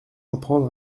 apprendre